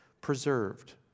preserved